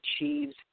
achieves